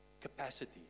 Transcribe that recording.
capacity